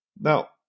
Now